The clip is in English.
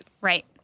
Right